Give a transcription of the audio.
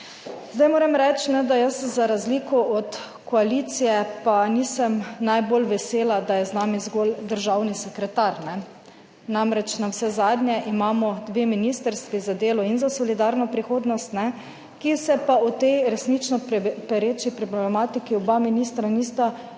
Zdaj moram reči, da jaz za razliko od koalicije pa nisem najbolj vesela, da je z nami zgolj državni sekretar, ne. Namreč navsezadnje imamo dve ministrstvi, za delo in za solidarno prihodnost, ne, ki se pa o tej resnično pereči problematiki oba ministra nista niti